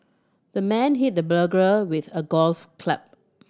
the man hit the burglar with a golf club